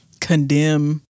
condemn